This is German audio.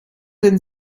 den